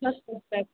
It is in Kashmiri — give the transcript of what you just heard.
نَسروٗ پیٚٹھ